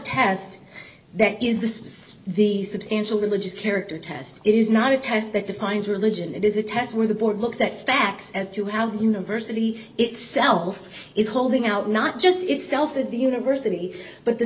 is this is the substantial religious character test it is not a test that defines religion it is a test where the board looks at facts as to how the university itself is holding out not just itself as the university but the